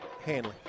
Hanley